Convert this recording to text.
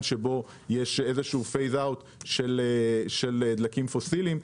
שבו יש דעיכה של דלקים פוסיליים,